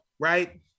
Right